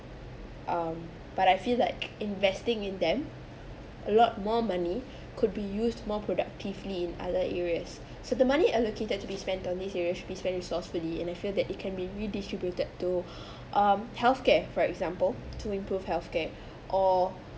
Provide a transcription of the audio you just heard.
um but I feel like investing in them a lot more money could be used more productively in other areas so the money allocated to be spent on this area should be spending resourcefully and I feel that it can be redistributed to um healthcare for example to improve healthcare or